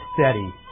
steady